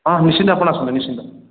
ହଁ ନିଶ୍ଚିତ ଆପଣ ଆସନ୍ତୁ ନିଶ୍ଚିତ